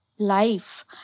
Life